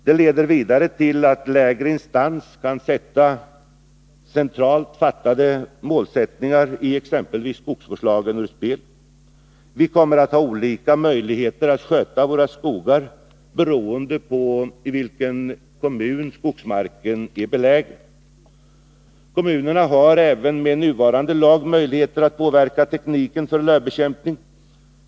Det leder vidare till att lägre instans kan sätta centralt fattade målsättningar i exempelvis skogsvårdslagen ur spel. Vi kommer att ha olika möjligheter att sköta våra skogar beroende på i vilken kommun skogsmarken är belägen. Kommunerna har även med nuvarande lag möjligheter att påverka tekniken för lövbekämpning.